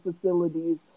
facilities